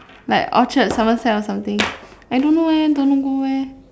like Orchard Somerset or something I don't know leh don't know go where